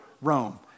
Rome